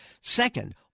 Second